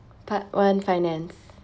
part one finance